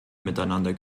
miteinander